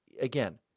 again